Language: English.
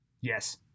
Yes